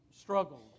struggled